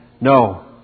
No